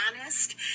honest